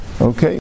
Okay